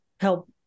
help